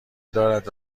دارد